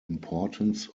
importance